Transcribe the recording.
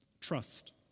trust